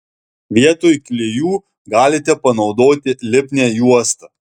vietoj klijų galite panaudoti lipnią juostą